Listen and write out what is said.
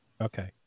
Okay